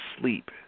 sleep